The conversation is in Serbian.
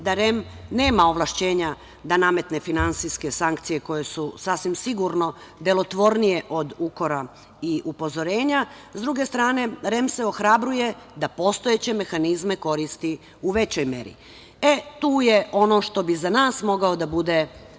da REM nema ovlašćenja da nametne finansijske sankcije koje su sasvim sigurno delotvornije od ukora i upozorenja. S druge strane, REM se ohrabruje da postojeće mehanizme koristi u većoj meri. Tu je ono što bi za nas mogao da bude